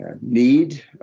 need